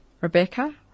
Rebecca